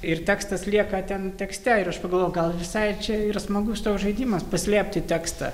ir tekstas lieka ten tekste ir aš pagalvojau gal visai čia yra smagus toks žaidimas paslėpti tekstą